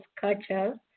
culture